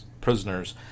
prisoners